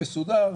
מסודר,